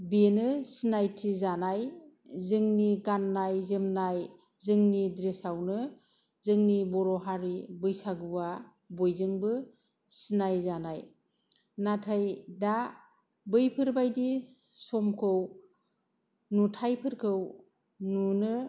बेनो सिनायथिजानाय जोंनि गाननाय जोमनाय जोंनि द्रेसावनो जोंनि बर' हारि बैसागुआ बयजोंबो सिनायजानाय नाथाय दा बैफोरबायदि समखौ नुथाइफोरखौ नुनो